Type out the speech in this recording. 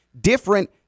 different